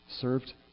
served